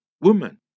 Woman